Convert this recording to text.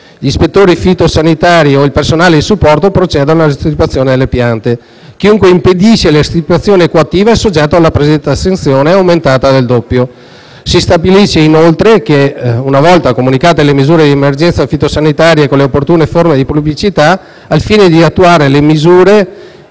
Gli ispettori fitosanitari o il personale di supporto procedono all'estirpazione delle piante. Chiunque impedisce l'estirpazione coattiva è soggetto alla predetta sanzione, aumentata del doppio. Si stabilisce inoltre che, una volta comunicate le misure di emergenza fitosanitaria con le opportune forme di pubblicità, al fine di attuare le misure